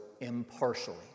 impartially